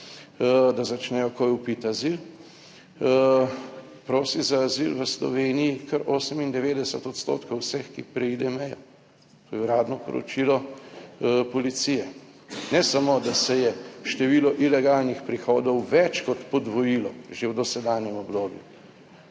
da začnejo takoj vpiti azil prosi za azil v Sloveniji kar 98 odstotkov vseh, ki preide mejo. To je uradno poročilo policije. Ne samo, da se je število ilegalnih prihodov več kot podvojilo že v dosedanjem obdobju,